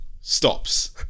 stops